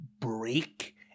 break